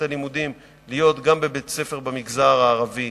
הלימודים להיות גם בבית-ספר במגזר הערבי,